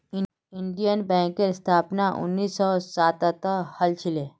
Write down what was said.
Indian बैंकेर स्थापना उन्नीस सौ सातत हल छिले